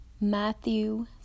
Matthew